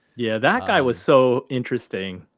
yeah, that guy was so interesting,